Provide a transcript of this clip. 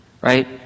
Right